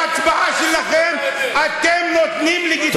בהצבעה שלכם אתם נותנים לגיטימציה לתהליך,